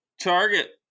Target